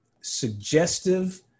suggestive